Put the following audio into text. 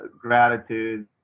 gratitude